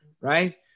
right